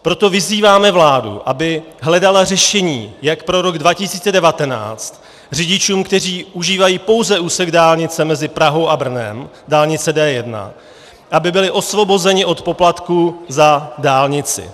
Proto vyzýváme vládu, aby hledala řešení, jak pro rok 2019 řidičům, kteří užívají pouze úsek dálnice mezi Prahou a Brnem, dálnice D1, aby byli osvobozeni od poplatku za dálnici.